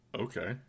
okay